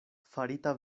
farita